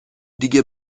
دیگه